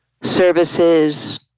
services